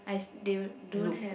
I they don't have